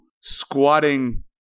squatting